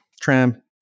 tram